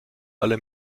alle